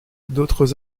d’autres